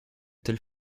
tel